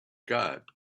got